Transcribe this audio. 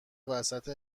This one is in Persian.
وسط